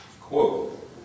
Quote